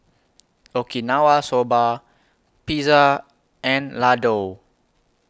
Okinawa Soba Pizza and Ladoo